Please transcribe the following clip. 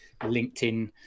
linkedin